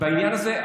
בעניין הזה,